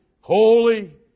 holy